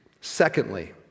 Secondly